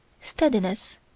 Steadiness